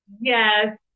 Yes